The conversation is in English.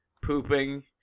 pooping